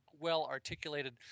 well-articulated